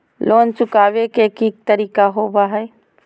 Loan चुकाबे के की तरीका होबो हइ?